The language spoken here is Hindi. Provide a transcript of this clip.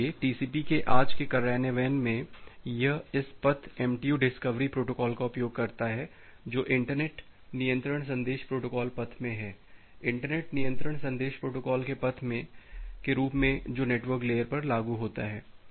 इसलिए टीसीपी के आज के कार्यान्वयन में यह इस पथ MTU डिस्कवरी प्रोटोकॉल का उपयोग करता है जो इंटरनेट नियंत्रण संदेश प्रोटोकॉल पथ में है इंटरनेट नियंत्रण संदेश प्रोटोकॉल के पथ के रूप में जो नेटवर्क लेयर पर लागू होता है